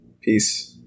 peace